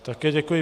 Také děkuji.